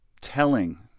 telling